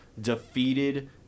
defeated